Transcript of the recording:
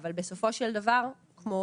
אבל בסופו של דבר כמו